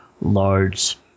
large